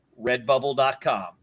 RedBubble.com